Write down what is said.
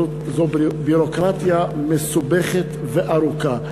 זו ביורוקרטיה מסובכת וארוכה.